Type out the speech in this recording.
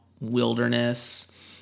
wilderness